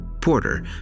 Porter